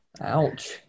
ouch